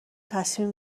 تصمیم